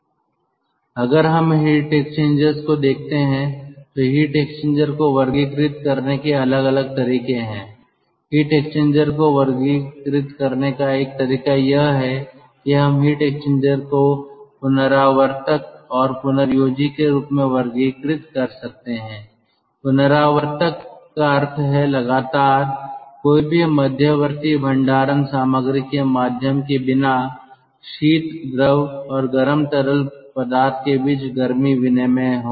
अब अगर हम हीट एक्सचेंजर्स को देखते हैं तो हीट एक्सचेंजर को वर्गीकृत करने के अलग अलग तरीके हैं हीट एक्सचेंजर को वर्गीकृत करने का एक तरीका यह है कि हम हीट एक्सचेंजर को रिकूपरेटर और पुनर्योजी के रूप में वर्गीकृत कर सकते हैं रिकूपरेटर का अर्थ है लगातार कोई भी मध्यवर्ती भंडारण सामग्री के माध्यम के बिना शीत द्रव और गर्म तरल पदार्थ के बीच गर्मी विनिमय होगा